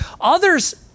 Others